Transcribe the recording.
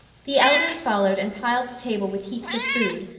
the elders followed and piled the table with heaps of food,